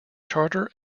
charter